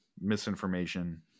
misinformation